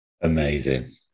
Amazing